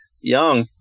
young